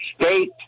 state